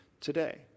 today